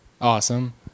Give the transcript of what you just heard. awesome